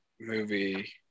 movie